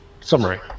summary